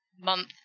month